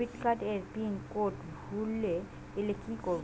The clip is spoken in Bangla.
ডেবিটকার্ড এর পিন কোড ভুলে গেলে কি করব?